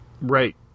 Right